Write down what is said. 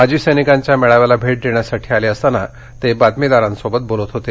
माजी सैनिकांच्या मेळाव्याला भेट देण्यासाठी आले असताना ते बातमीदारांसोबत बोलत होते